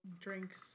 drinks